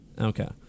Okay